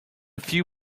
few